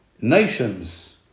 nations